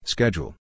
Schedule